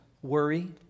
Worry